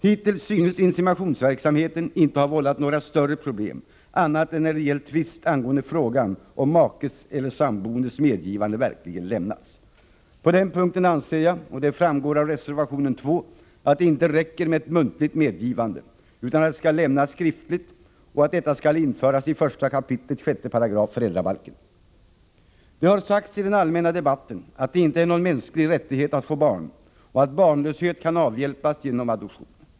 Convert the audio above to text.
Hittills synes inseminationsverksamheten inte ha vållat några större problem annat än när det gäller tvister angående frågan om makes eller samboendes medgivande verkligen lämnats. På den punkten anser jag — och det framgår av reservation 2 — att det inte räcker med ett muntligt medgivande utan att medgivandet skall lämnas skriftligt och att detta skall införas i 1 kap. 6 § föräldrabalken. Det har sagts i den allmänna debatten, att det inte är någon mänsklig rättighet att få barn, och att barnlöshet kan avhjälpas genom adoption.